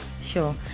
Sure